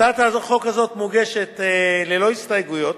הצעת החוק הזאת מוגשת ללא הסתייגויות.